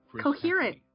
coherent